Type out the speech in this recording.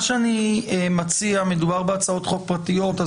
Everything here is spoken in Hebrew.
מדובר בהצעות חוק פרטיות.